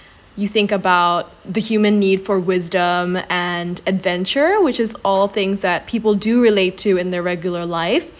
you think about the human need for wisdom and adventure which is all things that people do relate to in their regular life